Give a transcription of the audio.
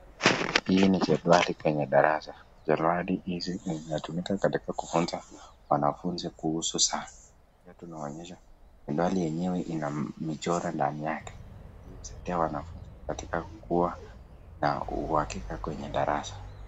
Hii ni jedwali kwenye darasa. Jedwali hizi hutumika katika kufunza wanafunzi kuhusu saa. Tunawaonyesha jedwali yenyewe ina michoro ndani yake. Hiyo husaidia wanafunzi katika kuwa na uhakika kwenye darasa.